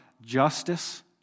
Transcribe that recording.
justice